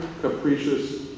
capricious